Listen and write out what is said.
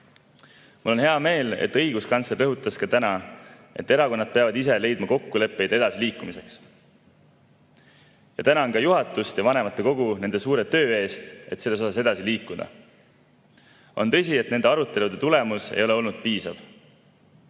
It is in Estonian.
Mul on hea meel, et õiguskantsler rõhutas ka täna, et erakonnad peavad ise leidma kokkuleppeid edasiliikumiseks. Tänan juhatust ja vanematekogu suure töö eest, et selles osas edasi liikuda. On tõsi, et nende arutelude tulemus ei ole olnud piisav.